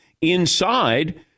inside